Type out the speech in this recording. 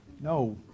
No